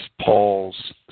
Paul's